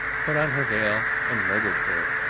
put on her veil and murdered her,